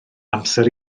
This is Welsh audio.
amser